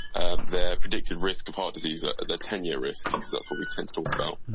and their predicted risk of heart disease, ah their ten year risk, because that's what we tend to talk about,